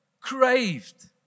craved